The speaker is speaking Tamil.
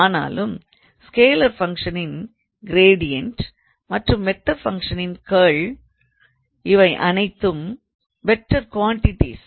ஆனாலும் ஸ்கேலார் ஃபங்க்ஷனின் க்ரேடியன்ட் மற்றும் வெக்டார் ஃபங்க்ஷனின் கர்ல் இவை அனைத்தும் வெக்டார் க்வாண்டிடிகள்